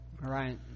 right